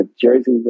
jersey